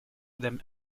them